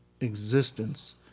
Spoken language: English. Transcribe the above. existence